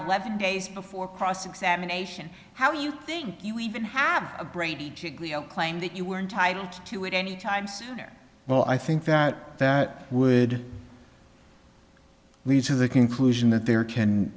eleven days before cross examination how you think you even have a brady giglio claim that you were entitled to it any time soon or well i think that that would lead to the conclusion that there can